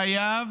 חייו